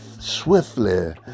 swiftly